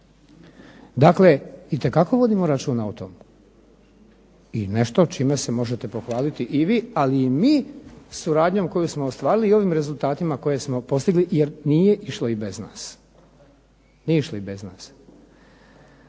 Dakle itekako vodimo računa o tome. I nešto čime se možete pohvaliti i vi, ali i mi suradnjom koju smo ostvarili i ovim rezultatima koje smo postigli jer nije išlo i bez nas. Kada govorite o